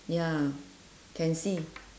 ya can see